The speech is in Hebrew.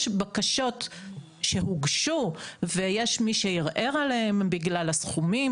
יש בקשות שהוגשו ויש מי שערער עליהן בגלל הסכומים,